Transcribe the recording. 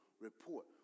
report